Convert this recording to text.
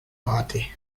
party